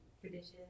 traditions